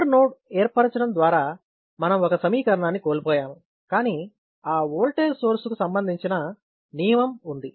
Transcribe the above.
super node ఏర్పరచడం ద్వారా మనం ఒక సమీకరణాన్ని కోల్పోయాము కానీ ఆ ఓల్టేజ్ సోర్స్ కు సంబంధించిన నియమం ఉంది